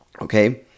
okay